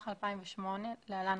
התשס"ח 2008 (להלן,